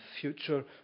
future